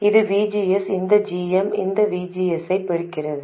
இது VGS இந்த gm இந்த VGS ஐப் பெருக்குகிறது